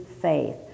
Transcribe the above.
faith